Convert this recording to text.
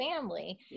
family